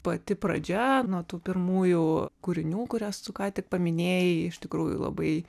pati pradžia nuo tų pirmųjų kūrinių kuriuos tu ką tik paminėjai iš tikrųjų labai